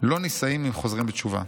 לא נישאים עם חוזרים בתשובה,